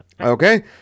Okay